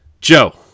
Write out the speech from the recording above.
Joe